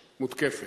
מותקפת.